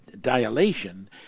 dilation